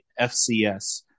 FCS